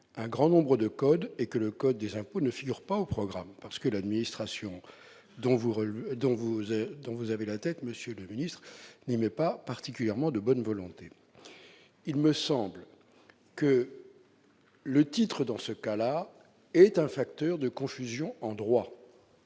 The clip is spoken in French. un grand nombre de codes et que le code des impôts ne figure pas au programme, parce que l'administration dont vous relevez donc vous avez donc vous avez la tête Monsieur le Ministre, n'aimait pas particulièrement de bonne volonté, il me semble que le titre dans ce cas-là, est un facteur de confusion endroit